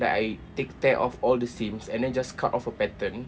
then I take tear off all the seams and then just cut off a pattern